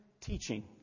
teaching